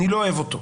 אני לא אוהב אותו.